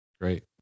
Great